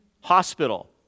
hospital